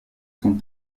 sont